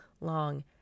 long